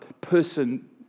person